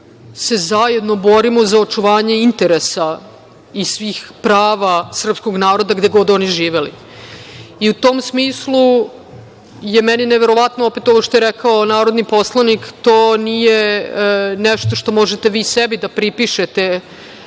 se zajedno borimo za očuvanje interesa i svih prava srpskog naroda, gde god oni živeli.U tom smislu je meni neverovatno opet ovo što je rekao narodni poslanik. To nije nešto što vi možete sebi da pripišete,